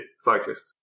cyclist